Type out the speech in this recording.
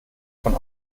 von